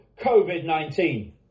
COVID-19